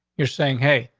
you're saying hey,